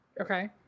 okay